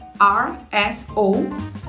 R-S-O